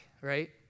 right